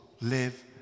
live